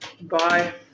bye